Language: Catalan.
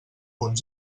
punt